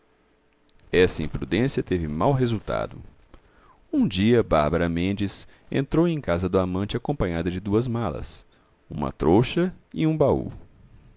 essa imprudência teve mau resultado um dia bárbara mendes entrou em casa do amante acompanhada de duas malas uma trouxa e um baú